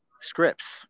scripts